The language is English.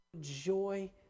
joy